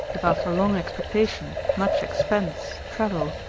if after long expectation, much expense, travel,